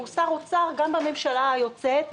והוא שר אוצר גם בממשלה היוצאת,